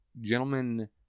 gentlemen